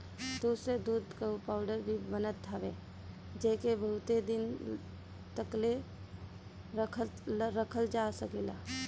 दूध से दूध कअ पाउडर भी बनत हवे जेके बहुते दिन तकले रखल जा सकत हवे